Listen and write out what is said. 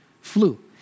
flu